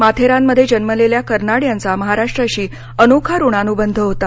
माथेरानमध्ये जन्मलेल्या कर्नाड यांचा महाराष्ट्राशी अनोखा ऋणानुबंध होता